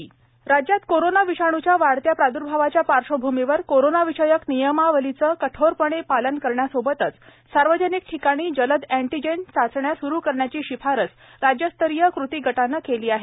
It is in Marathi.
राज्यस्तरीय कृती गट राज्यात कोरोना विषाणूच्या वाढत्या प्रादुर्भावाच्या पार्शभूमीवर कोरोनाविषयक नियमावलीचं कठोरपणे पालन करण्याबरोबरच सार्वजनिक ठिकाणी जलद अँटीजेन चाचण्या सुरु करण्याची शिफारस राज्यस्तरीय कृती गटानं केली आहे